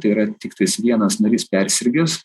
tai yra tiktais vienas narys persirgęs